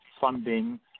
funding